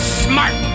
smart